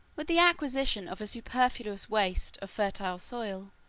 with the acquisition of a superfluous waste of fertile soil,